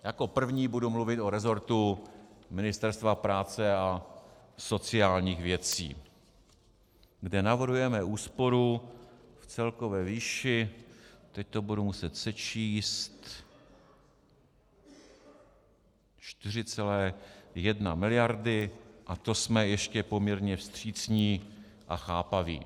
Jako první budu mluvit o rezortu Ministerstva práce a sociálních věcí, kde navrhujeme úsporu v celkové výši teď to budu muset sečíst 4,1 mld., a to jsme ještě poměrně vstřícní a chápaví.